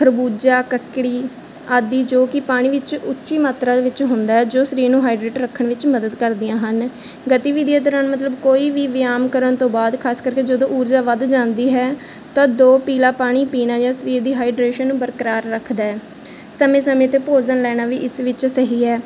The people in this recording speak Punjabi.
ਖਰਬੂਜਾ ਕੱਕੜੀ ਆਦੀ ਜੋ ਕਿ ਪਾਣੀ ਵਿੱਚ ਉੱਚੀ ਮਾਤਰਾ ਦੇ ਵਿੱਚ ਹੁੰਦਾ ਹੈ ਜੋ ਸਰੀਰ ਨੂੰ ਹਾਈਡਰੇਟ ਰੱਖਣ ਵਿੱਚ ਮਦਦ ਕਰਦੀਆਂ ਹਨ ਗਤੀਵਿਧੀਆਂ ਦੌਰਾਨ ਮਤਲਬ ਕੋਈ ਵੀ ਵਿਆਮ ਕਰਨ ਤੋਂ ਬਾਅਦ ਖਾਸ ਕਰਕੇ ਜਦੋਂ ਊਰਜਾ ਵੱਧ ਜਾਂਦੀ ਹੈ ਤਾਂ ਦੋ ਪੀਲਾ ਪਾਣੀ ਪੀਣਾ ਜਾਂ ਸਰੀਰ ਦੀ ਹਾਈਡਰੇਸ਼ਨ ਨੂੰ ਬਰਕਰਾਰ ਰੱਖਦਾ ਹੈ ਸਮੇਂ ਸਮੇਂ 'ਤੇ ਭੋਜਨ ਲੈਣਾ ਵੀ ਇਸ ਵਿੱਚ ਸਹੀ ਹੈ